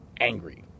angry